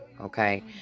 okay